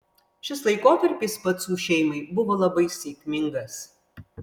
šis laikotarpis pacų šeimai buvo labai sėkmingas